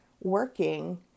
working